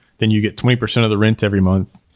then you get twenty percent of the rent every month.